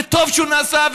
וטוב שהוא נעשה,